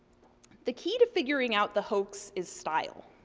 the key to figuring out the hoax is style.